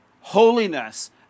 holiness